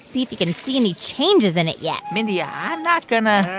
see if you can see any changes in it yet mindy, i'm not going to.